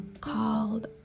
called